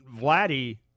Vladdy